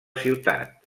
ciutat